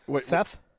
Seth